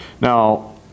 Now